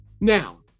Now